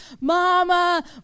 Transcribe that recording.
mama